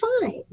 fine